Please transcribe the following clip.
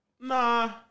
Nah